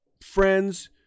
friends